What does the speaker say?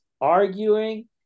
arguing